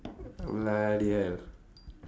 bloody hell